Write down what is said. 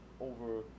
over